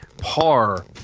par